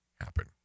happen